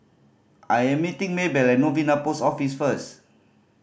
I am meeting Maybell at Novena Post Office first